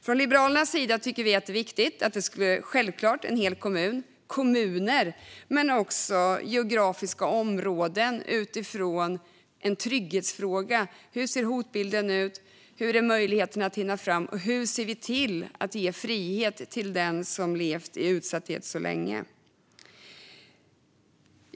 Från Liberalernas sida tycker vi att det är självklart att det ska handla om kommuner men också om geografiska områden utifrån hur hotbilden ser ut, hur möjligheten är att hinna fram och hur man kan ge frihet till den som levt i utsatthet så länge.